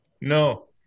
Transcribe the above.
No